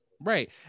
right